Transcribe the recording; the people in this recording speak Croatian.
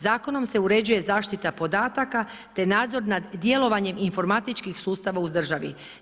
Zakonom se uređuje zaštita podataka te nadzor nad djelovanjem informatičkih sustava u državi.